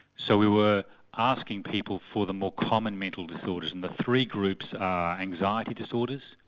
so we were asking people for the more common mental disorders, and the three groups are anxiety disorders,